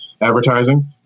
advertising